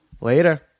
Later